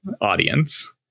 audience